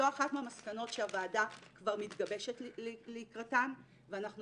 זו אחת מהמסקנות שהוועדה כבר מתגבשת לקראתם ואנחנו